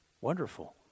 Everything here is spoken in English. wonderful